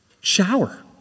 shower